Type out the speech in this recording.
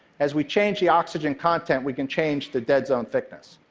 as we change the oxygen content, we can change the dead zone thickness.